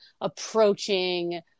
approaching